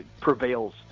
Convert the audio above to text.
prevails